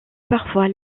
parfois